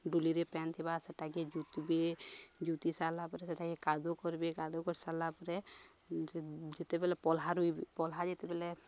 ଡୁଲିରେ ପାନ୍ ଥିବା ସେଟାକେ ଜୁତବେ ଜୁତି ସାରିଲା ପରେ ସେଟାକେ କାଦୁ କରବେ କାଦୁ କରିସାରିଲା ପରେ ଯେତେବେଲେ ପଲ୍ହା ରୁଇବେ ପଲ୍ହା ଯେତେବେଲେ